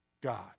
God